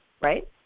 right